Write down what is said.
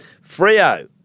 Frio